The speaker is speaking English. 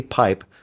pipe